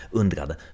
undrade